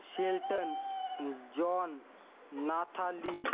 Shelton John Nathalie